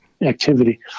activity